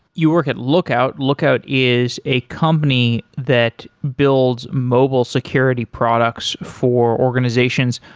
you work at lookout. lookout is a company that build mobile security products for organizations.